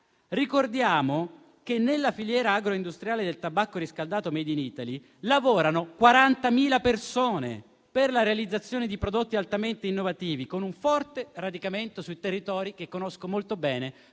Ricordiamo che nella filiera agroindustriale del tabacco riscaldato *made in Italy* lavorano 40.000 persone, per la realizzazione di prodotti altamente innovativi, con un forte radicamento su territori che conosco molto bene,